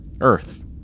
Earth